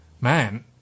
man